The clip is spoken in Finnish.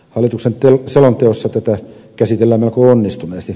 hallituksen selonteossa tätä käsitellään melko onnistuneesti